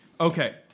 Okay